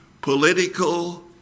political